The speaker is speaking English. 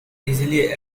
easily